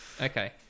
Okay